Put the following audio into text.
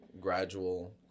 gradual